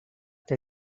que